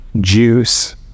juice